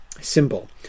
symbol